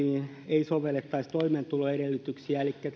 että perheenyhdistämishakemuksiin ei sovellettaisi toimeentuloedellytystä elikkä